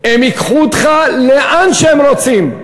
הם ייקחו אותך לאן שהם רוצים.